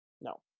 No